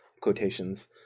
quotations